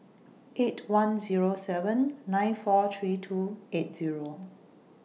eight one Zero seven nine four three two eight Zero